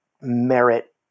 merit